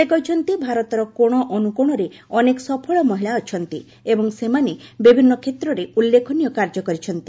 ସେ କହିଛନ୍ତି ଭାରତର କୋଣ ଅନ୍ଦ୍ରକୋଣରେ ଅନେକ ସଫଳ ମହିଳା ଅଛନ୍ତି ଏବଂ ସେମାନେ ବିଭିନ୍ନ କ୍ଷେତ୍ରରେ ଉଲ୍ଲେଖନୀୟ କାର୍ଯ୍ୟ କରିଛନ୍ତି